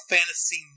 Fantasy